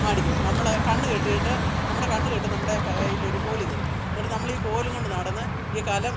ആടിക്കും നമ്മൾ കണ്ണ് കെട്ടിയിട്ട് നമ്മുടെ കണ്ണ് കെട്ടും നമ്മുടെ കയ്യിലൊരു കോല് തരും എന്നിട്ട് നമ്മൾ ഈ കോലുംകൊണ്ട് നടന്ന് ഈ കലം